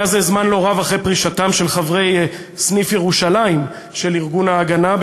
היה זה זמן לא רב אחרי פרישתם של חברי סניף ירושלים של ארגון "ההגנה",